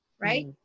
Right